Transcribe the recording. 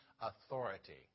authority